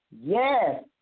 Yes